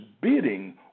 bidding